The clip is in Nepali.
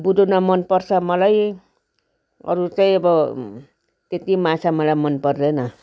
बुदुना मनपर्छ मलाई अरू चाहिँ अब त्यति माछा मलाई मनपर्दैन